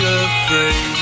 afraid